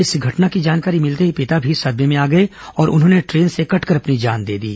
इस घटना की जानकारी मिलते ही पिता भी सदमे में आ गए और उन्होंने ट्रेन से कटकर अपनी जान दे दी